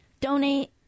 donate